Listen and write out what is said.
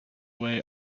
way